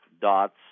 dots